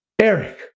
Eric